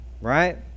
right